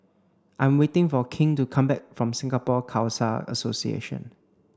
I'm waiting for King to come back from Singapore Khalsa Association